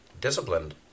disciplined